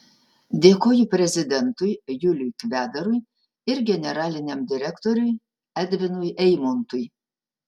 dėkoju prezidentui juliui kvedarui ir generaliniam direktoriui edvinui eimontui